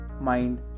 mind